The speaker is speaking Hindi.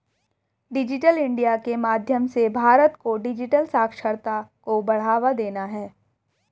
डिजिटल इन्डिया के माध्यम से भारत को डिजिटल साक्षरता को बढ़ावा देना है